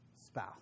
Spouse